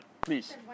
please